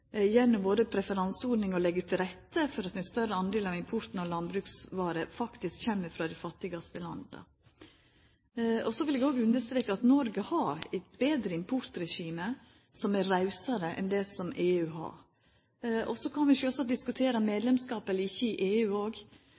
gjennom vår preferanseordning å leggja til rette for at ein større del av importen av landbruksvarer faktisk kjem frå dei fattigaste landa. Så vil eg òg understreka at Noreg har eit betre importregime, som er rausare enn det EU har. Så kan vi sjølvsagt diskutera medlemskap eller ikkje i EU